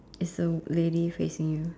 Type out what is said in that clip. it's a lady facing you